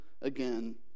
again